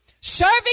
Serving